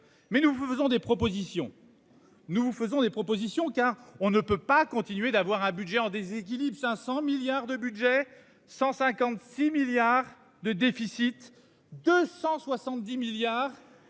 Nous vous faisons des propositions car on ne peut pas continuer d'avoir un budget en déséquilibre. 500 milliards de budget, 156 milliards de déficit, 270 milliards.--